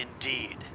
Indeed